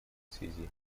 связи